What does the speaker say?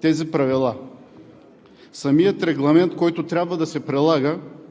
тези правила. Самият регламент, който трябва да се прилага